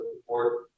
support